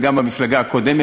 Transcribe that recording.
גם במפלגה הקודמת,